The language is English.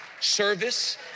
service